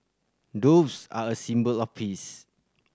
doves are a symbol of peace